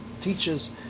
teaches